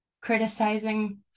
criticizing